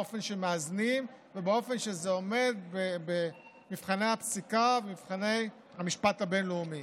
באופן שמאזנים ובאופן שזה עומד במבחני הפסיקה ובמבחני המשפט הבין-לאומי.